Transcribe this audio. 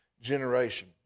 generation